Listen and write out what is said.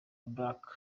black